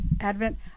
Advent